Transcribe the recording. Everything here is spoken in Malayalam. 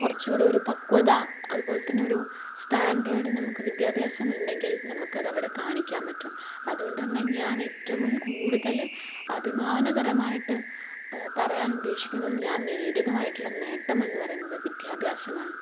കുറച്ചുകൂടി ഒരു പക്വത അതുപോലെ തന്നെ ഒരു സ്റ്റാൻറ്റേർഡ് നമുക്ക് വിദ്യാഭ്യസം ഉണ്ടെങ്കിൽ നമുക്കതവിടെ കാണിക്കാൻ പറ്റും അതുകൊണ്ടു തന്നെ ഞാൻ ഏറ്റവും കൂടുതൽ അഭിമാനകരമായിട്ട് പറയാൻ ഉദ്ദേശിക്കുന്നതും ഞാൻ നേടിയതുമായിട്ടുള്ള നേട്ടമെന്ന് പറയുന്നത് വിദ്യാഭ്യാസമാണ്